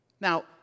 Now